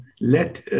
let